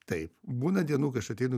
taip būna dienų kai aš ateinu